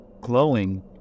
glowing